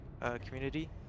community